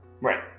Right